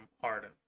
Harden